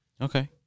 Okay